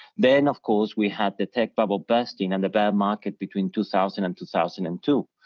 then of course, we had the tech bubble bursting and a bear market between two thousand and two thousand and two.